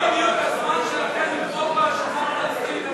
הצעת סיעת הרשימה המשותפת להביע אי-אמון